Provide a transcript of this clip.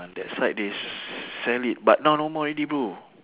that side they s~ sell it but now no more already bro